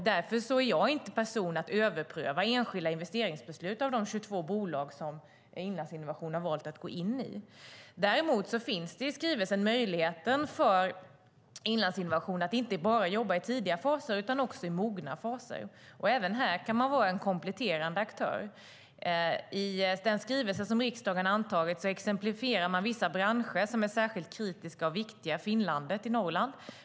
Därför är jag inte rätt person att överpröva enskilda investeringsbeslut i de 22 bolag som Inlandsinnovation har valt att gå in i. Enligt skrivelsen finns det möjlighet för Inlandsinnovation att jobba inte bara i tidiga faser utan också i mogna faser. Även här kan man vara en kompletterande aktör. I den skrivelse som riksdagen antagit exemplifierar man vissa branscher som särskilt kritiska och viktiga för inlandet i Norrland.